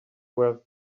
were